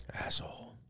Asshole